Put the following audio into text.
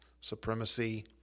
supremacy